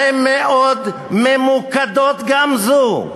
הן מאוד ממוקדות, גם זו.